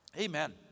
Amen